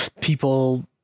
people